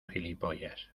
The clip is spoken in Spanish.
gilipollas